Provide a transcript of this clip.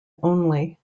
only